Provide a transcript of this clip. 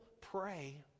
Pray